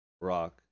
rock